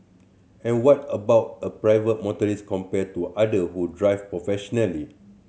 and what about a private motorist compared to other who drive professionally